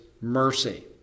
mercy